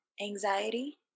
anxiety